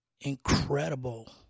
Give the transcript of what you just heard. incredible